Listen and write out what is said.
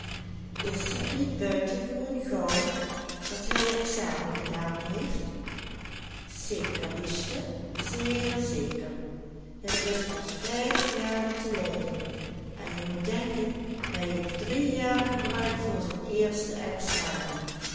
gedaan heeft zeker liefste zeer zeker hij is pas vijfjaren te leiden en je moet denken hij heeft drie jaar gebruikt voor zijn eerste examen